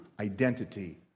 identity